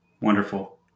Wonderful